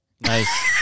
Nice